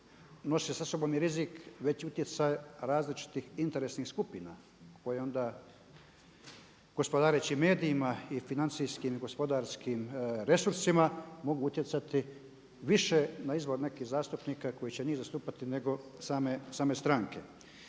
nosi sa sobom i rizik veći utjecaj različitih interesnih skupina koje onda gospodareći i medijima i financijskim i gospodarskim resursima mogu utjecati više na izbor nekih zastupnika koji će njih zastupati nego same stranke.